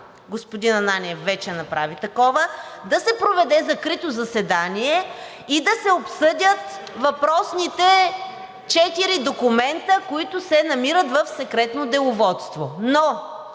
господин Ананиев вече направи такова, да се проведе закрито заседание и да се обсъдят въпросните четири документа, които се намират в Секретното деловодство. Но